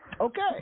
Okay